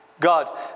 God